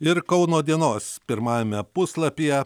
ir kauno dienos pirmajame puslapyje